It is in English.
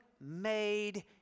made